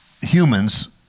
humans